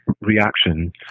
reaction